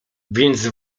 więc